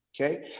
okay